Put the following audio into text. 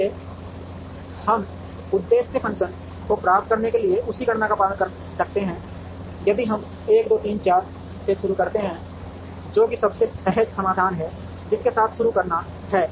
इसलिए हम उद्देश्य फ़ंक्शन को प्राप्त करने के लिए उसी गणना का पालन कर सकते हैं यदि हम 1 2 3 4 से शुरू करते हैं जो कि सबसे सहज समाधान है जिसके साथ शुरू करना है